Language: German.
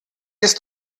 ist